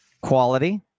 quality